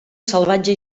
salvatge